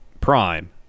Prime